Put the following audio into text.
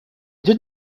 did